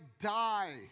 die